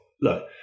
Look